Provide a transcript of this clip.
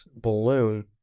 balloon